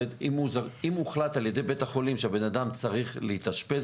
אם הוחלט על ידי בית החולים שהבן אדם צריך להתאשפז